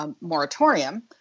moratorium